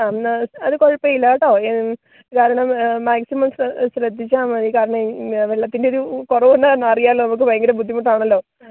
ആ അതു കുഴപ്പമില്ല കേട്ടോ കാരണം മാക്സിമം ശ്രദ്ധിച്ചാൽ മതി കാരണം വെള്ളത്തിൻ്റെ ഒരു കുറവ് എന്നാൽ അറിയാമല്ലൊ നമുക്ക് ഭയങ്കര ബുദ്ധിമുട്ടാണല്ലൊ